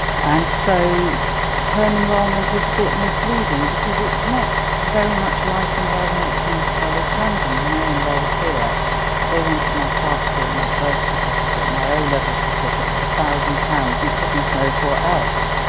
and so the term enrollment is a bit misleading because it's not very much like enrolling at king's college london. when i enrolled here they wanted my passport, my birth certificate, my o level certificate, a thousand pounds and goodness knows what else.